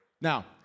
Now